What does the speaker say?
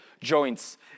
joints